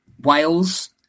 Wales